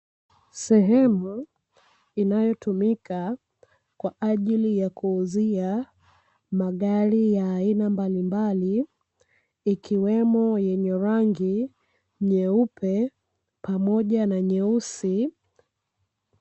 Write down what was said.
Sehemu inayotumika kwa ajili ya kuuzia magari ya aina mbalimbali, ikiwemo yenye rangi nyeupe pamoja na nyeusi.